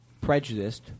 prejudiced